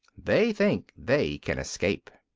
they think they can escape.